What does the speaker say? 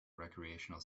recreational